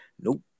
Nope